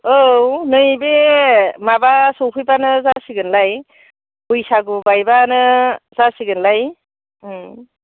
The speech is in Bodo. औ नैबे माबा सौफैबानो जासिगोनलाय बैसागु बायबानो जासिगोनलाय उम